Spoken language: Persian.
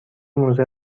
موزه